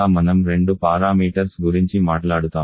మనం రెండు పారామీటర్స్ గురించి మాట్లాడుతాము